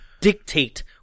dictate